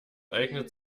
eignet